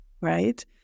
right